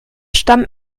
stamm